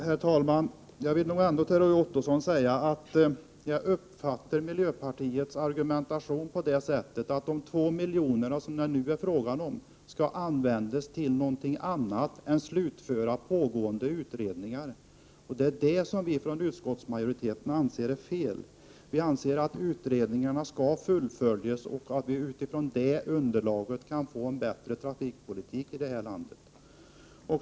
Herr talman! Jag vill ändå säga till Roy Ottosson att jag uppfattar miljöpartiets argumentation på det sättet att de 2 miljoner det nu är fråga om skall användas till något annat än att slutföra pågående utredningar. Det är det vi från utskottsmajoriteten anser är fel. Vi anser att utredningarna skall fullföljas och att man utifrån det underlaget kan få en bättre trafikpolitik här i landet.